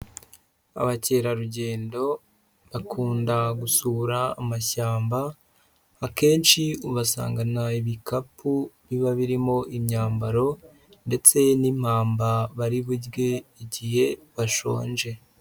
Abakerarugendo bakunda gusura amashyamba, akenshi ubasangana ibikapu biba birimo imyambaro, ndetse n'impamba bari burye igihe bashonje.